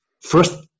first